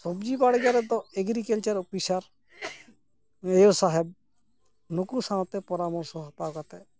ᱥᱚᱵᱡᱤ ᱵᱟᱲᱜᱮ ᱨᱮᱫᱚ ᱮᱜᱨᱤᱠᱟᱞᱪᱟᱨ ᱚᱯᱷᱤᱥᱟᱨ ᱤᱭᱟᱹ ᱥᱟᱦᱮᱵ ᱱᱩᱠᱩ ᱥᱟᱶᱛᱮ ᱯᱚᱨᱟ ᱢᱚᱨᱥᱚ ᱦᱟᱛᱟᱣ ᱠᱟᱛᱮᱫ